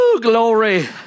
glory